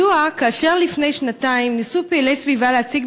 מדוע כאשר לפני שנתיים ניסו פעילי סביבה להציג